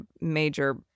major